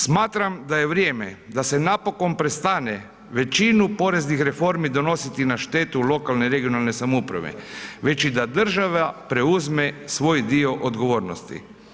Smatram da je vrijeme da se napokon prestane većinu poreznih reformi donositi na štetu lokalne i regionalne samouprave, već i da država preuzme svoj dio odgovornosti.